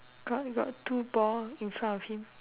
got got two ball in front of him